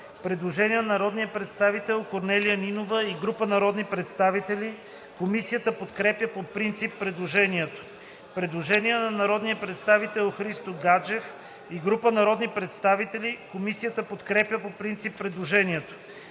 Предложение на народния представител Корнелия Нинова и група народни представители. Комисията подкрепя по принцип предложението. Предложение на народния представител Христо Гаджев и група народни представители. Комисията подкрепя по принцип предложението.